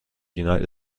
united